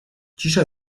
cisza